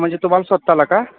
म्हणजे तुम्हाला स्वत ला का